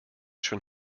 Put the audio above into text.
schön